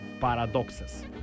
Paradoxes